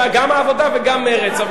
היתה גם העבודה וגם מרצ.